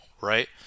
Right